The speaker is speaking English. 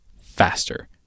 faster